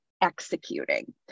executing